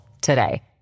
today